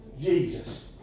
Jesus